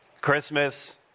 Christmas